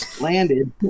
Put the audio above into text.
landed